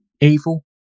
evil